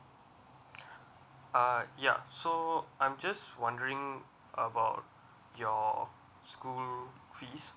uh ya so I'm just wondering about your school fees